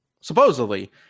supposedly